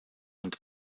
und